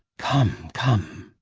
come, come.